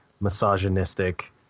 misogynistic